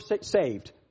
saved